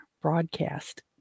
broadcast